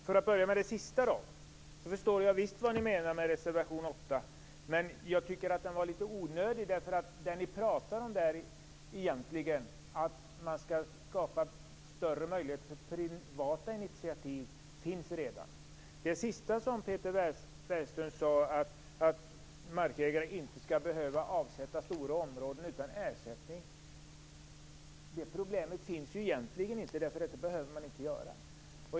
Herr talman! För att börja med det sista så förstår jag visst vad moderaterna menar med reservation 8, men jag tyckte att den var onödig. Det som sägs där är egentligen att man skall skapa större möjligheter för privata initiativ, men det finns redan. Peter Weibull Bernström sade att markägare inte skall behöva avsätta stora områden utan ersättning. Det problemet finns ju egentligen inte, därför att det behöver man inte göra.